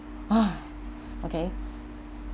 !huh! okay